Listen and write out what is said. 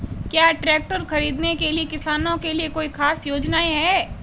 क्या ट्रैक्टर खरीदने के लिए किसानों के लिए कोई ख़ास योजनाएं हैं?